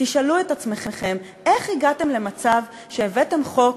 תשאלו את עצמכם איך הגעתם למצב שהבאתם חוק